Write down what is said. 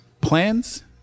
plans